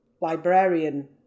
librarian